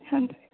ਹਾਂਜੀ